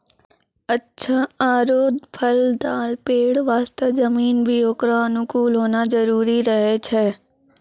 अच्छा आरो फलदाल पेड़ वास्तॅ जमीन भी होकरो अनुकूल होना जरूरी रहै छै